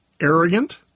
arrogant